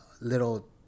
little